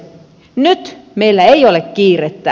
nyt meillä ei ole kiirettä